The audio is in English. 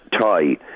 tie